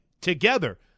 together